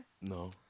No